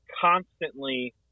constantly